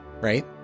right